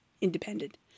independent